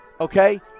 Okay